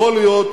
יכול להיות